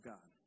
God